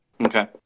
Okay